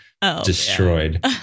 destroyed